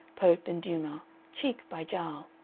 pope and dumas, cheek by jowl.